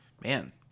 Man